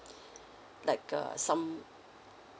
like a some